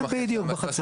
בדיוק בחצר.